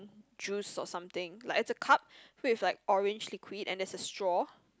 juice or something like it's a cup filled with like orange liquid and there's a straw